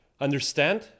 understand